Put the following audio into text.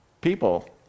people